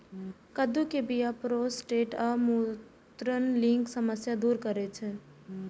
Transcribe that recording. कद्दू के बीया प्रोस्टेट आ मूत्रनलीक समस्या दूर करै छै